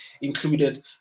included